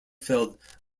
filled